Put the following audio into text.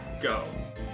go